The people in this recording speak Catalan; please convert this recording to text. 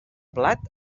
blat